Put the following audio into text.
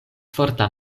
forta